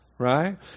right